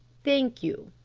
thank you,